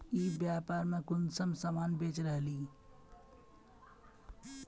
ई व्यापार में कुंसम सामान बेच रहली?